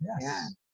Yes